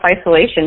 isolation